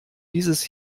dieses